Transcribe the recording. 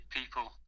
people